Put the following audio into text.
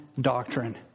doctrine